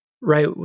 right